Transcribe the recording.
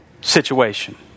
situation